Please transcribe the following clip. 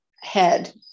head